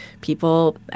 people